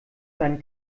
seinen